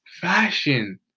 fashion